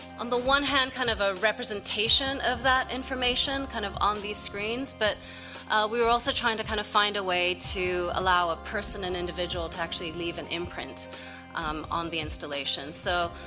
on the one hand, kind of a representation of that information kind of on these screens. but we were also trying to kind of find a way to allow a person and individual to actually leave an imprint um on the installation. so